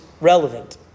relevant